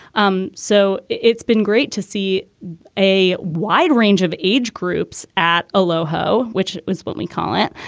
um so it's been great to see a wide range of age groups at a low ho, which was what we call it.